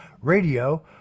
radio